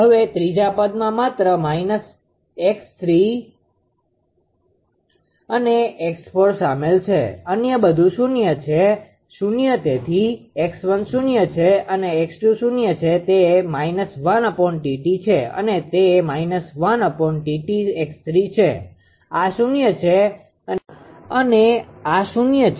હવે ત્રીજા પદમાં માત્ર 𝑥3 and 𝑥4 શામેલ છે અન્ય બધું શૂન્ય છે 0 તેથી 𝑥1 શૂન્ય છે અને 𝑥2 શૂન્ય છે તે −1𝑇𝑡 છે અને તે −1𝑇𝑡 𝑥3 છે આ શૂન્ય છે અને આ શૂન્ય છે